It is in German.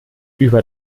über